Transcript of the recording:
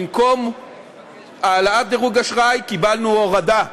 במקום העלאת דירוג אשראי קיבלנו הורדה,